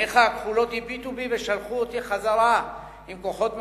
עיניך הכחולות הביטו בי ושלחו אותי חזרה עם כוחות מחודשים.